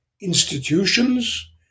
institutions